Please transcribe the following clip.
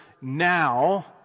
now